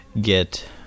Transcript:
get